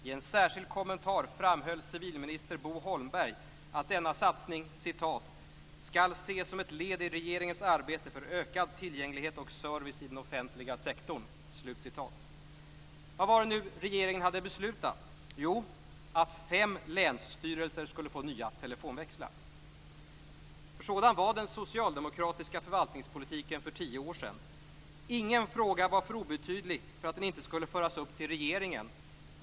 I en särskild kommentar framhöll civilminister Bo Holmberg att denna satsning "skall ses som ett led i regeringens arbete för ökad tillgänglighet och service i den offentliga sektorn". Vad var det då regeringen hade beslutat? Jo, att fem länsstyrelser skulle få nya telefonväxlar. Sådan var den socialdemokratiska förvaltningspolitiken för 10 år sedan; ingen fråga var för obetydlig för att den inte skulle föras upp till regeringen.